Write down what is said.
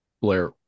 Blair